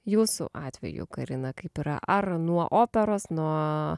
jūsų atveju karina kaip yra ar nuo operos nuo